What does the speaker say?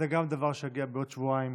זה גם דבר שיגיע בעוד שבועיים